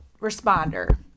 responder